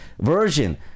version